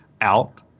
out